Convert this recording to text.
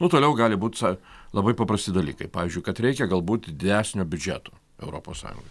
nu toliau gali būt sa labai paprasti dalykai pavyzdžiui kad reikia galbūt didesnio biudžeto europos sąjungoj